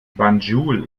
banjul